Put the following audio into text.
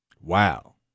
Wow